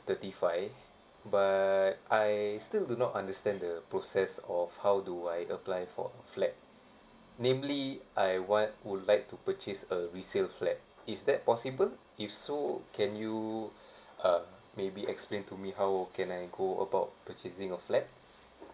thirty five but I still do not understand the process of how do I apply for flat namely I want would like to purchase a resale flat is that possible if so can you uh maybe explain to me how can I go about purchasing a flat